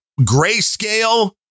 grayscale